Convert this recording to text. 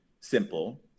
simple